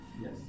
Yes